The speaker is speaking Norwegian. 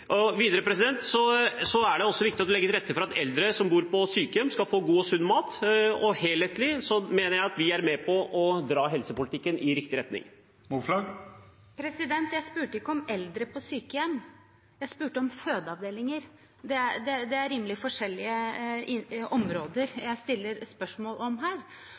kr. Videre er det viktig å legge til rette for at eldre som bor på sykehjem, skal få god og sunn mat. Helhetlig mener jeg at vi er med på å dra helsepolitikken i riktig retning. Jeg spurte ikke om eldre på sykehjem. Jeg spurte om fødeavdelinger. Det er rimelig forskjellige områder jeg stiller spørsmål om her.